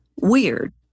weird